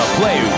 play